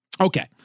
Okay